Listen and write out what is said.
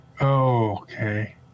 Okay